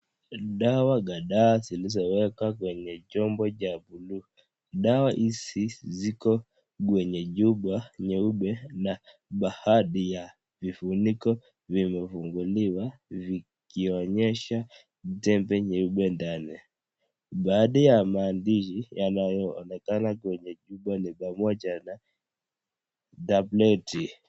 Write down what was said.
Dawa kadhaa zilizowekwa kwenye chombo cha buluu dawa hizi ziko kwenye chupa nyeupe na baadhi ya vifuniko vimefunguliwa vikionyesha tembe nyeupe ndani. Baadhi ya maandishi yanayoonekana kwenye chupa ni pamoja na tableti.